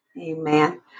Amen